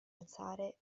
alzare